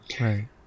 Right